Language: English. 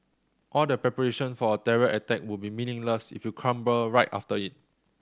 all the preparation for a terror attack would be meaningless if you crumble right after it